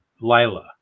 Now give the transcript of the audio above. Lila